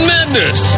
Madness